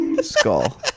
skull